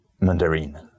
Mandarin